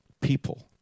people